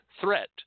threat